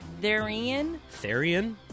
Therian